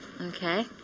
Okay